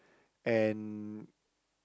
and